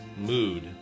mood